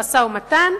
למשא-ומתן,